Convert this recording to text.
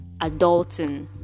adulting